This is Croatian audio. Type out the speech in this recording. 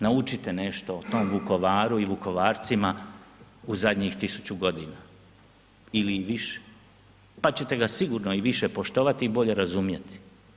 Naučite nešto o tom Vukovaru i Vukovarcima u zadnjih 1000 godina ili i više pa ćete ga sigurno i više poštovati i bolje razumjeti.